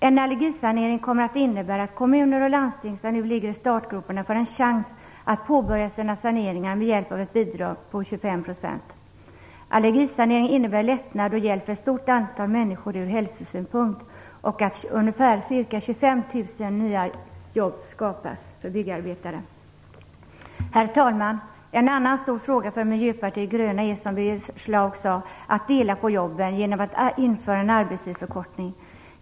En allergisanering kommer att innebära att kommuner och landsting som nu ligger i startgroparna får en chans att påbörja sina saneringar med hjälp av ett bidrag på 25 %. Allergisaneringen innebär lättnad och hjälper ett stort antal människor ur hälsosynpunkt, och ca 25 000 nya jobb skapas för byggarbetarna. Herr talman! En annan stor fråga för Miljöpartiet de gröna är, som Birger Schlaug sade, att dela på jobben genom att införa en arbetstidsförkortning.